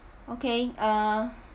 okay uh